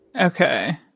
Okay